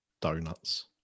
Donuts